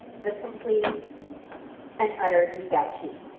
the complete and utter geek-out sheet.